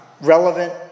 relevant